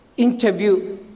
interview